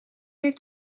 heeft